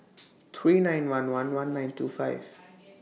three nine one one one nine two five